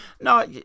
No